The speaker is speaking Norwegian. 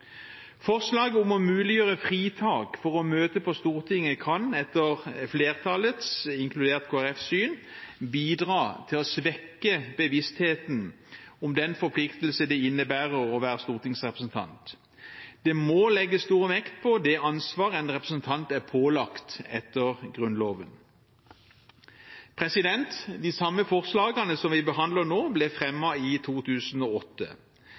Forslaget om å muliggjøre fritak for å møte på Stortinget kan etter flertallets, inkludert Kristelig Folkepartis, syn bidra til å svekke bevisstheten om den forpliktelse det innebærer å være stortingsrepresentant. Det må legges stor vekt på det ansvaret en representant er pålagt etter Grunnloven. De samme forslagene som vi behandler nå, ble fremmet i 2008.